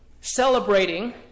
celebrating